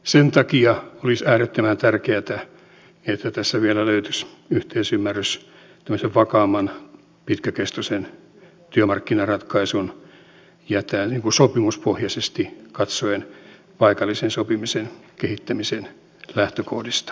sen takia olisi äärettömän tärkeätä että tässä vielä löytyisi yhteisymmärrys tämmöisen vakaamman pitkäkestoisen työmarkkinaratkaisun ja tämän sopimuspohjaisen paikallisen sopimisen kehittämisen lähtökohdista